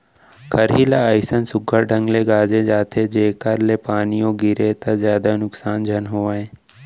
खरही ल अइसन सुग्घर ढंग ले गांजे जाथे जेकर ले पानियो गिरगे त जादा नुकसान झन होवय